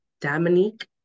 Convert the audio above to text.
Dominique